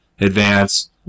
Advance